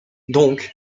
donc